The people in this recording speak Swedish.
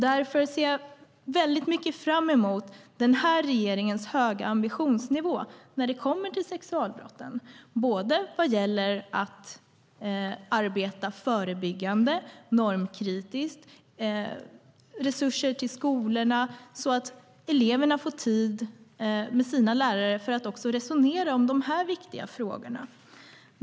Därför ser jag mycket fram emot den här regeringens höga ambitionsnivå när det kommer till sexualbrotten, vad gäller att arbeta förebyggande och normkritiskt samt ge resurser till skolorna så att eleverna får tid med sina lärare för att resonera om de här viktiga frågorna.